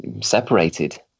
separated